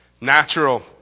Natural